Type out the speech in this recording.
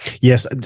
Yes